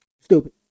stupid